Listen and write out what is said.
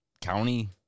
county